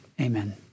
Amen